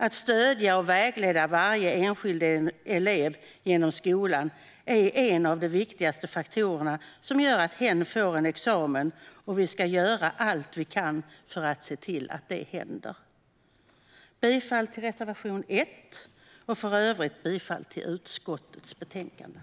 Att stödja och vägleda varje enskild elev genom skolan är en av de viktigaste faktorerna som gör att hen får en examen. Vi ska göra allt vi kan för att se till att det händer. Jag yrkar bifall till reservation 1 och i övrigt bifall till utskottets förslag i betänkandet.